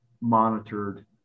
monitored